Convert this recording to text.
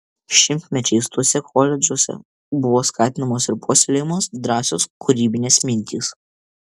šimtmečiais tuose koledžuose buvo skatinamos ir puoselėjamos drąsios kūrybinės mintys